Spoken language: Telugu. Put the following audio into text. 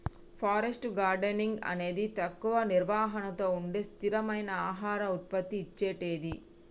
ఫారెస్ట్ గార్డెనింగ్ అనేది తక్కువ నిర్వహణతో ఉండే స్థిరమైన ఆహార ఉత్పత్తి ఇచ్చేటిది